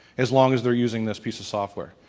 as long as they're using this piece of software.